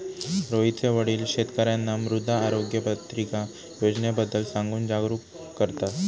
रोहितचे वडील शेतकर्यांना मृदा आरोग्य पत्रिका योजनेबद्दल सांगून जागरूक करतात